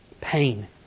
pain